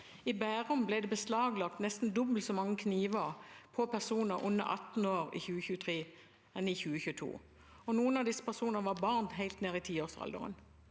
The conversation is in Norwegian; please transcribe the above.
I Bærum ble det beslaglagt nesten dobbelt så mange kniver på personer under 18 år i 2023 som i 2022. Noen av disse person ene var barn helt ned i tiårsalderen.